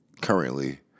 currently